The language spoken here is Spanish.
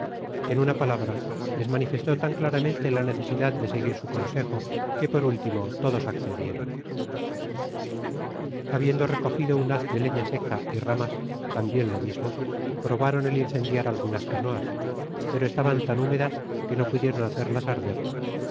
en una palabra les manifestó tan claramente la necesidad de seguir su consejo que por último todos accedieron habiendo recogido un haz de leña seca y ramas tambien lo mismo probaron el incendiar algunas canoas pero estaban tan húmedas que no pudieron hacerlas arder